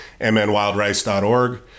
mnwildrice.org